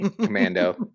Commando